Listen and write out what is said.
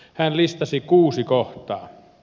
hän listasi kuusi kohtaa